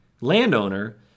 landowner